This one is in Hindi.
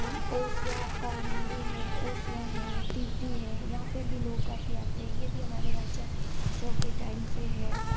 ओसियाक का मंदिर है ओसिया है त्यूरी है यहाँ पे भी लोग काफ़ी आते हैं ये भी हमारे राजाओं के टाइम से है